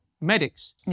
Medics